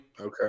Okay